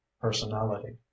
personality